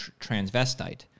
transvestite